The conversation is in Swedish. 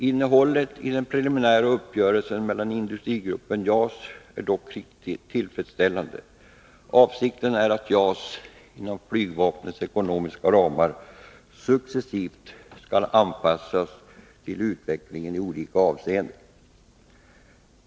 Innehållet i den preliminära uppgörelsen med Industrigruppen JAS är dock tillfredsställande. Avsikten är att JAS —-inom flygvapnets ekonomiska ramar — successivt skall anpassas till utveckligen i olika avseenden.